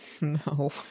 no